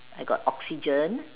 I got oxygen